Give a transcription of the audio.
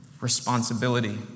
responsibility